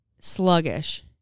sluggish